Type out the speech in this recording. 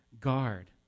guard